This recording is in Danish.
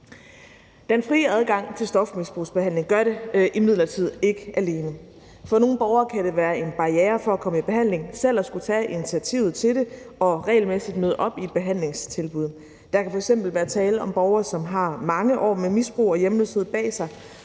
Den frie adgang til stofmisbrugsbehandling gør det imidlertid ikke alene. For nogle borgere kan det være en barriere for at komme i behandling selv at skulle tage initiativet til det og regelmæssigt møde op i et behandlingstilbud. Der kan f.eks. være tale om borgere, som har mange år med misbrug og hjemløshed bag sig,